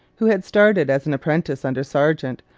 who had started as an apprentice under sargeant,